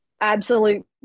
absolute